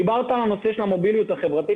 נציג המשטרה דיבר על הנושא של המוביליות החברתית,